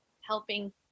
helping